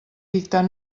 dictar